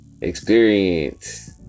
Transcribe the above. experience